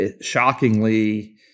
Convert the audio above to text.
shockingly